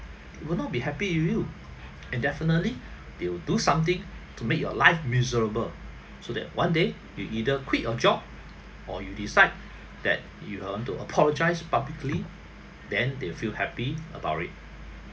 will not be happy with you and definitely they will do something to make your life miserable so that one day you either quit your job or you decide that you want to apologise publicly then they will feel happy about it